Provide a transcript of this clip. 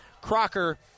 Crocker